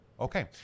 Okay